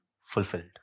fulfilled